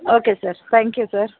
okay sir thank you sir